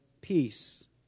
peace